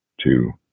two